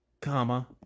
comma